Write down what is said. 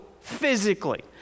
physically